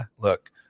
Look